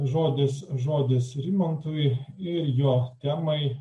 žodis žodis rimantui ir jo temai